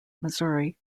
missouri